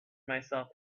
myself